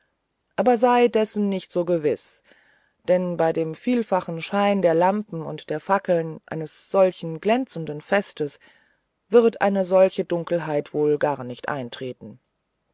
aber sei dessen nicht so gewiß denn bei dem vielfachen schein der lampen und der fackeln eines solchen glänzenden festes wird eine solche dunkelheit wohl gar nicht eintreten